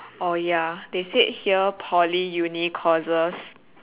oh ya they said here poly uni courses